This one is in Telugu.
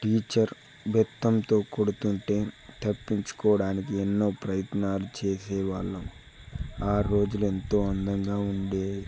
టీచర్ బెత్తంతో కొడుతుంటే తప్పించుకోవడానికి ఎన్నో ప్రయత్నాలు చేసే వాళ్ళం ఆ రోజులు ఎంతో అందంగా ఉండేది